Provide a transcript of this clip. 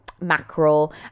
mackerel